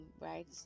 right